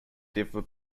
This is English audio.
differ